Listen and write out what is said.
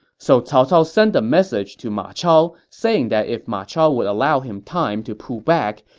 so cao cao sent a message to ma chao saying that if ma chao would allow him time to pull back,